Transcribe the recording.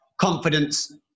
confidence